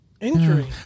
Injury